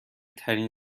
ترین